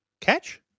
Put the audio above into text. Catch